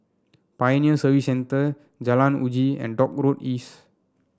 Pioneer Service Centre Jalan Uji and Dock Road East